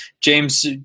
James